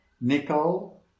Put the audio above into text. nickel